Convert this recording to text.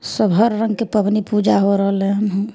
सब हर रंगके पबनी पूजा हो रहलै हन